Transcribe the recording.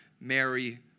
Mary